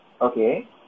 Okay